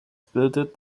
bildet